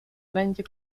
będzie